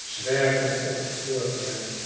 zwerven op het voorplein